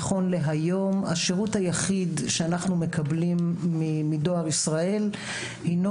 נכון להיום השירות היחיד שאנחנו מקבלים מדואר ישראל הינו